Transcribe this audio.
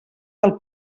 del